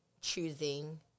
choosing